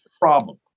problem